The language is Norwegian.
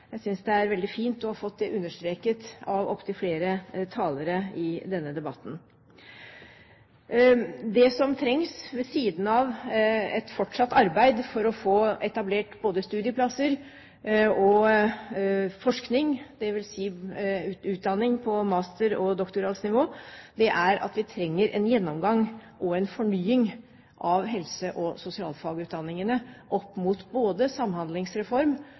jeg synes det er veldig fint å ha fått det understreket av opptil flere talere i denne debatten. Det som trengs, ved siden av et fortsatt arbeid for få etablert både studieplasser og forskning, dvs. utdanning på master- og doktorgradsnivå, er en gjennomgang og en fornying av helse- og sosialfagutdanningene opp mot både